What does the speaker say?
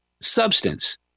substance